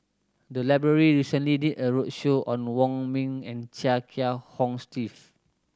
the library recently did a roadshow on Wong Ming and Chia Kiah Hong Steve